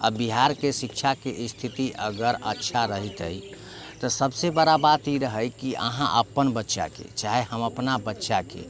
आओर बिहारके शिक्षाके स्थिति अगर अच्छा रहितै तऽ सबसँ बड़ा बात ई रहै कि अहाँ अपन बच्चाके चाहे हम अपना बच्चाके